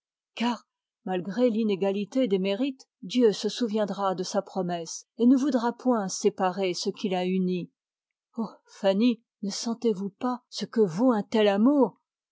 car malgré l'inégalité des mérites dieu se souviendra de sa promesse et ne voudra point séparer ce qu'il a uni oh fanny ne sentez-vous pas ce que vaut un tel amour